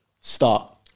start